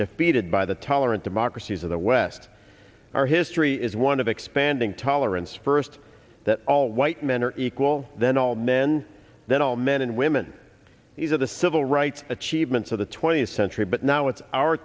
defeated by the tolerant democracies of the west our history is one of expanding tolerance first that all white men are equal then all men that all men and women these are the civil rights achievements of the twentieth century but now it's our